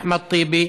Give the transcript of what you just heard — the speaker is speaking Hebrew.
אחמד טיבי,